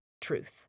truth